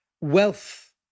wealth